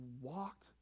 walked